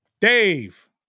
Dave